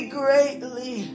greatly